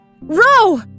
Row